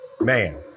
Man